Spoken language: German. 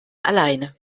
alleine